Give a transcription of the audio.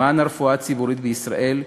למען הרפואה הציבורית בישראל,